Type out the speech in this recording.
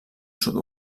sud